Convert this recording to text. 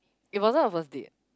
it wasn't a first date